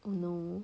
oh no